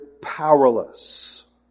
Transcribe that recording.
powerless